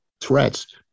threats